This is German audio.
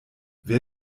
wer